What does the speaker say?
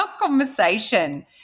conversation